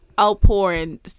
outpouring